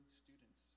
students